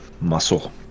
muscle